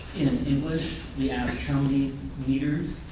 in english, we ask how many meters,